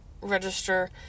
register